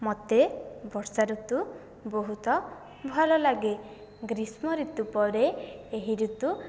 ମତେ ବର୍ଷାଋତୁ ବହୁତ ଭଲଲାଗେ ଗ୍ରୀଷ୍ମଋତୁ ପରେ ଏହି ଋତୁ